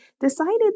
decided